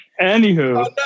Anywho